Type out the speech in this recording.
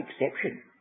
exception